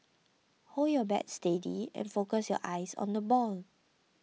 hold your bat steady and focus your eyes on the ball